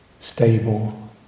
stable